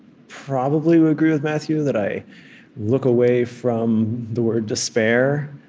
probably would agree with matthew that i look away from the word despair.